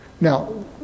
now